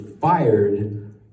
fired